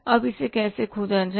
अब इसे कैसे खोजा जाए